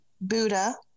Buddha